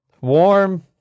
Warm